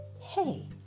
Hey